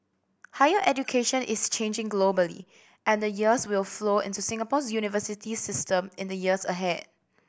higher education is changing globally and the changes will flow into Singapore's university system in the years ahead